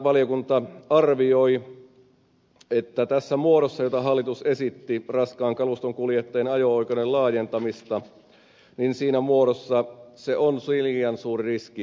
valiokunta arvioi että tässä muodossa jota hallitus esitti raskaan kaluston kuljettajan ajo oikeuden laajentamisessa se on liian suuri riski liikenneturvallisuudelle